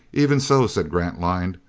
even so, said grantline,